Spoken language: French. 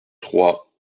trois